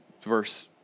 verse